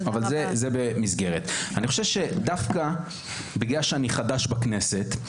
אני חושב שדווקא בגלל שאני חדש בכנסת,